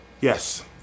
Yes